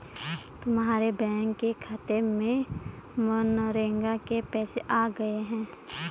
तुम्हारे बैंक के खाते में मनरेगा के पैसे आ गए हैं